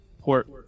port